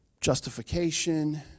justification